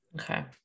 Okay